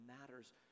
matters